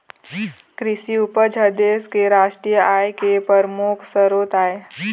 कृषि उपज ह देश के रास्टीय आय के परमुख सरोत आय